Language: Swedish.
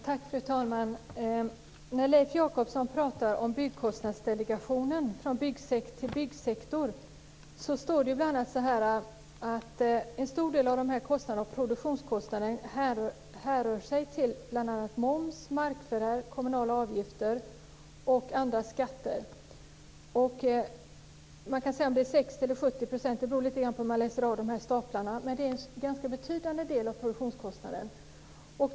Fru talman! Leif Jakobsson pratar om Byggkostnadsdelegationen, och i betänkandet Från byggsekt till byggsektor står det bl.a. så här: En stor del av produktionskostnader går att hänföra till bl.a. moms, markförvärv, kommunala avgifter och andra skatter. Man kan inte säga om det är 60 eller 70 %, för det beror på hur man läser staplarna, men det är en ganska betydande del av produktionskostnaden.